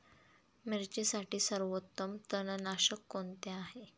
मिरचीसाठी सर्वोत्तम तणनाशक कोणते आहे?